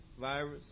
virus